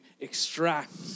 extract